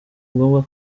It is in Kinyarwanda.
ngombwa